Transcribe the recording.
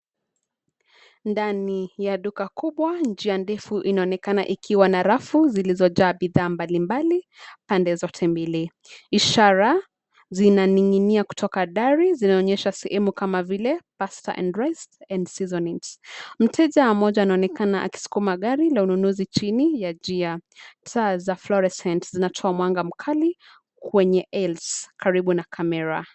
Ndani ya duka kubwa, njia ndefu inaonekana ikiwa na rafu zilizojaa bidhaa mbalimbali pande zote mbili. Ishara zinaning'inia kutoka dari zinaonyesha sehemu kama vile (cs) Pasta and Rice; and Seasonings (cs). Mteja mmoja anaonekana akisukuma gari la ununzi chini ya njia. Taa za (cs) fluorescent (cs) zinatoa mwangi mkali kwenye (cs) aisles (cs) karibu na kamera.